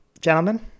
gentlemen